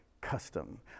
custom